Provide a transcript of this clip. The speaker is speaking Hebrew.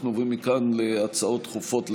אנחנו עוברים מכאן להצעות דחופות לסדר-היום.